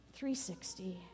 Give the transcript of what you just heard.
360